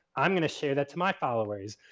i'm gonna share that to my followers.